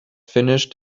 finished